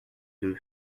deux